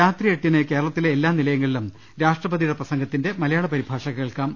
രാത്രി എട്ടിന് കേരളത്തിലെ എല്ലാ നിലയങ്ങളിലും രാഷ്ട്രപതി യുടെ പ്രസംഗത്തിന്റെ മലയാള പരിഭാഷ കേൾക്കാം